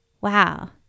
wow